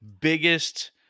biggest